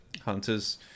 hunters